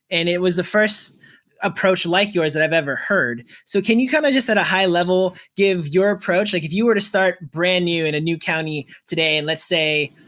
and it was the first approach like yours that i've ever heard. so can you kind of just, at a high level, give your approach. like, if you were to start brand new in a new county today, in, let's say,